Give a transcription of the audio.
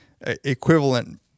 equivalent